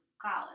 college